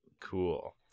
cool